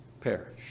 perish